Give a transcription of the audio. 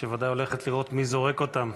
שוודאי הולכת לראות מי זורק אותם.